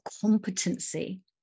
competency